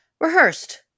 rehearsed